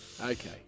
Okay